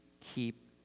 keep